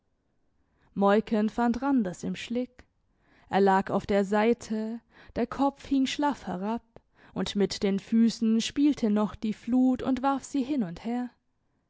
moiken fand randers im schlick er lag auf der seite der kopf hing schlaff herab und mit den füssen spielte noch die flut und warf sie hin und her